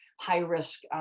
high-risk